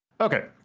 Okay